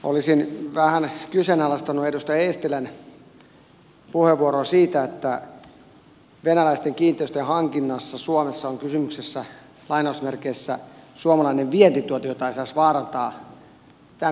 olisin vähän kyseenalaistanut edustaja eestilän puheenvuoroa siitä että venäläisten kiinteistöjen hankinnassa suomesta on kysymyksessä lainausmerkeissä suomalainen vientituote jota ei saisi vaarantaa tämänkaltaisilla lakialoitteilla tai keskusteluilla